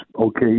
okay